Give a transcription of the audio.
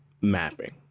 mapping